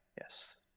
Yes